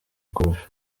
kurusha